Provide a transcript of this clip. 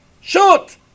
shoot